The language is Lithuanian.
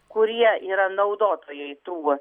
kurie yra naudotojai tų